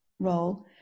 Role